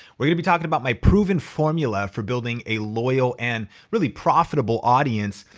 we're gonna be talking about my proven formula for building a loyal and really profitable audience,